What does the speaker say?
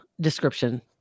description